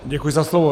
Děkuji za slovo.